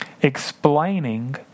explaining